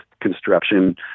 construction